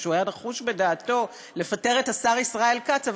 כשהוא היה נחוש בדעתו לפטר את השר ישראל כץ,